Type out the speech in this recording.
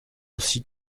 aussi